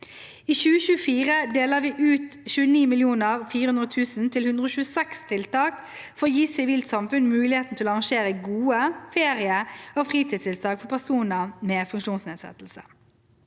I 2024 deler vi ut 29,4 mill. kr til 126 tiltak for å gi sivilt samfunn mulighet til å arrangere gode ferie- og fritidstiltak for personer med funksjonsnedsettelse.